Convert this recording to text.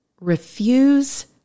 refuse